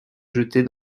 jeter